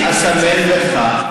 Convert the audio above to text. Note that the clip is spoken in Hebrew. אני אסמן לך,